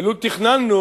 ולו תכננו,